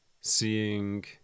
seeing